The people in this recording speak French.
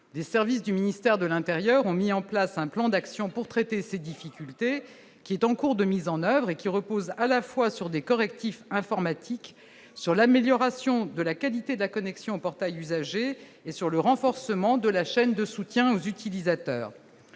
des services du ministère de l'Intérieur, ont mis en place un plan d'action pour traiter ces difficultés qui est en cours de mise en oeuvre et qui repose à la fois sur des correctifs informatique sur l'amélioration de la qualité de la connexion portail usagers et sur le renforcement de la chaîne de soutien aux utilisateurs,